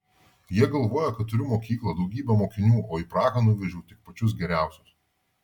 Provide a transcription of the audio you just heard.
jie galvoja kad turiu mokyklą daugybę mokinių o į prahą nuvežiau tik pačius geriausius